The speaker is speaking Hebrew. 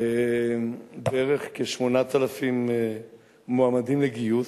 בערך 8,000 מועמדים לגיוס,